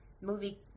movie